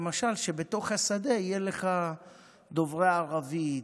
למשל שבתוך השדה יהיו לך דוברי ערבית,